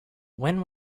when